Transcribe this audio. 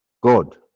God